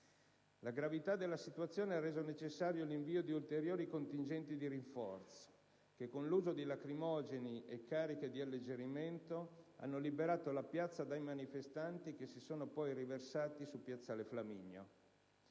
La gravità della situazione ha reso necessario l'invio di ulteriori contingenti di rinforzo che, con l'uso di lacrimogeni e cariche di alleggerimento, hanno liberato la piazza dai manifestanti, i quali si sono poi riversati su piazzale Flaminio.